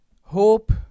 hope